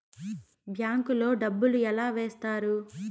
bank లో డబ్బులు ఎలా వేస్తారు